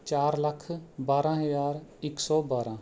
ਚਾਰ ਲੱਖ ਬਾਰਾਂ ਹਜ਼ਾਰ ਇੱਕ ਸੌ ਬਾਰਾਂ